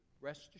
rest